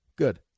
Good